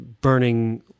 burning